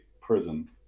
prison